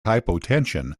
hypotension